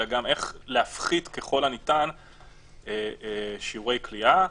אלא גם איך להפחית ככל הניתן שיעורי כליאה.